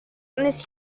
its